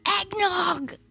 eggnog